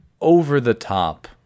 over-the-top